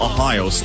Ohio